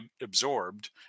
absorbed